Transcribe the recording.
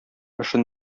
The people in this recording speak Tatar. эшен